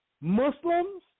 Muslims